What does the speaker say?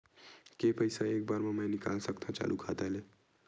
के पईसा एक बार मा मैं निकाल सकथव चालू खाता ले?